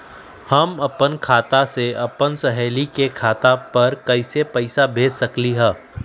हम अपना खाता से अपन सहेली के खाता पर कइसे पैसा भेज सकली ह?